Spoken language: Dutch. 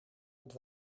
het